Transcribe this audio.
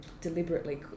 deliberately